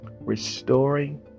restoring